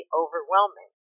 overwhelming